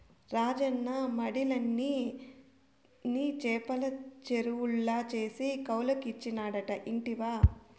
రాజన్న మడిలన్ని నీ చేపల చెర్లు చేసి కౌలుకిచ్చినాడట ఇంటివా